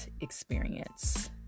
experience